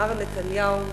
מר נתניהו,